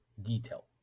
detail